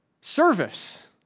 Service